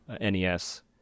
NES